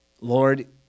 Lord